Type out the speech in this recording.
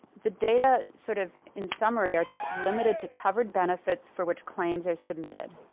the data sort of in summary are limited to covered benefits for which claims are submitted.